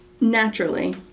Naturally